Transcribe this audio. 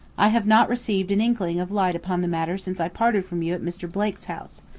i have not received an inkling of light upon the matter since i parted from you at mr. blake's house.